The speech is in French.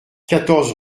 quatorze